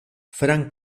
franz